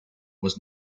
was